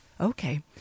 Okay